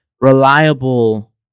reliable